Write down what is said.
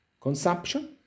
consumption